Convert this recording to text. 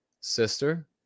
sister